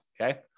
Okay